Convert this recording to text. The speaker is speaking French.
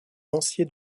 lancier